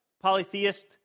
polytheist